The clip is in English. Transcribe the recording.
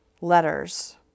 letters